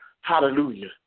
Hallelujah